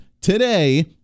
today